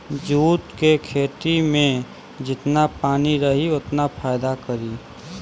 jute के खेती में जेतना पानी रही ओतने फायदा करी